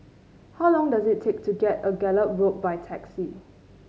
how long does it take to get a Gallop Road by taxi